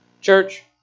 Church